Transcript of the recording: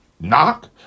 knock